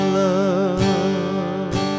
love